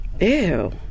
Ew